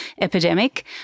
epidemic